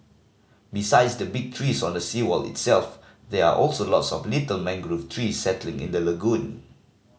besides the big trees on the seawall itself there are also lots of little mangrove trees settling in the lagoon